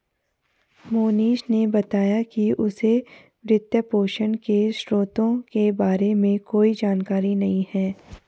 मोहनीश ने बताया कि उसे वित्तपोषण के स्रोतों के बारे में कोई जानकारी नही है